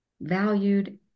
valued